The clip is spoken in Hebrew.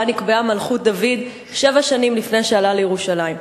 נקבעה מלכות דוד שבע שנים לפני שעלה לירושלים.